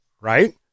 right